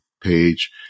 page